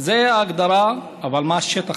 זו ההגדרה, אבל מה השטח?